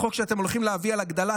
החוק שאתם הולכים להביא על הגדלת